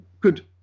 good